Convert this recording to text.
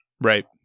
Right